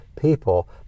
People